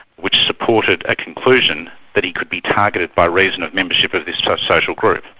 which supported a conclusion that he could be targeted by reason of membership of this social group.